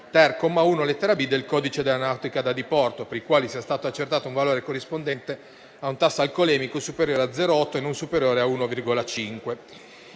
comma 1, lettera *b)*, del codice della nautica da diporto, per i quali sia stato accertato un valore corrispondente a un tasso alcolemico superiore a 0,8 e non superiore a 1,5.